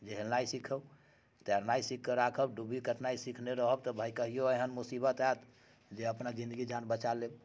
जे हेलनाइ सिखऽ तैरनाइ सिखकऽ राखब डूबि करनाइ सिखने रहब तऽ भाय कहियौ एहन मुसीबत आयत जे अपना जिन्दगी जान बचा लेब